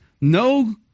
no